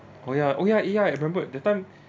oh ya oh ya ya I remembered that time